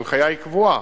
ההנחיה היא קבועה,